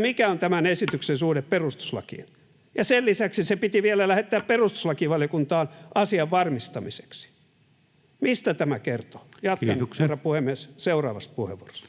mikä on tämän esityksen suhde perustuslakiin, ja sen lisäksi se piti vielä lähettää perustuslakivaliokuntaan asian varmistamiseksi. Mistä tämä kertoo? [Puhemies: Kiitoksia!] Jatkan, herra puhemies, seuraavassa puheenvuorossa.